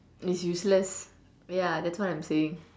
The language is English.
is useless ya that's what I'm saying